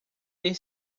ter